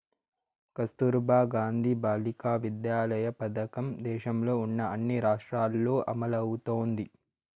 కస్తుర్బా గాంధీ బాలికా విద్యాలయ పథకం దేశంలో ఉన్న అన్ని రాష్ట్రాల్లో అమలవుతోంది